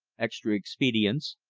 extra expedients,